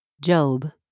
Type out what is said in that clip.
Job